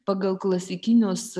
pagal klasikinius